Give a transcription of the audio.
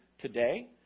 today